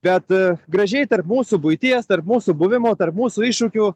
bet gražiai tarp mūsų buities tarp mūsų buvimo tarp mūsų iššūkių